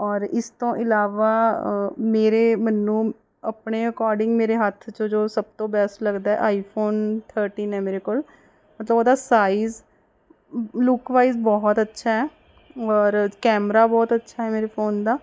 ਔਰ ਇਸ ਤੋਂ ਇਲਾਵਾ ਮੇਰੇ ਮੈਨੂੰ ਆਪਣੇ ਅਕੋਡਿੰਗ ਮੇਰੇ ਹੱਥ 'ਚ ਜੋ ਸਭ ਤੋਂ ਬੈਸਟ ਲੱਗਦਾ ਆਈਫੋਨ ਥਰਟੀਨ ਹੈ ਮੇਰੇ ਕੋਲ ਮਤਲਬ ਉਹਦਾ ਸਾਈਜ਼ ਲੁੱਕ ਵਾਈਜ਼ ਬਹੁਤ ਅੱਛਾ ਔਰ ਕੈਮਰਾ ਬਹੁਤ ਅੱਛਾ ਹੈ ਮੇਰੇ ਫੋਨ ਦਾ